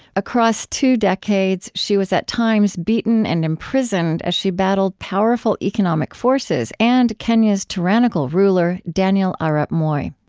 across two decades, she was at times beaten and imprisoned as she battled powerful economic forces and kenya's tyrannical ruler, daniel ah arap moi.